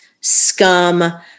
scum